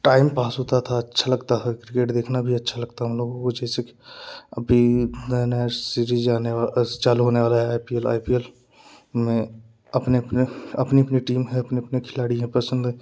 time pass होता था अच्छा लगता था क्रिकेट देखना भी अच्छा लगता था हम लोगों को जैसे अभी थे नेक्स्ट सीरीज आने चालू होने वाला है I P L I P L में अपने अपने अपनी अपनी टीम है अपने अपने खिलाड़ी हैं पसंद